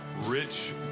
rich